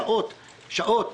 שעות,